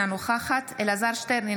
אינה נוכחת אלעזר שטרן,